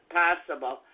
possible